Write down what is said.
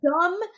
dumb